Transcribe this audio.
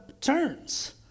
turns